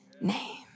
name